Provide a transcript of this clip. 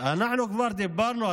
אנחנו כבר דיברנו,